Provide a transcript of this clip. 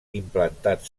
implantat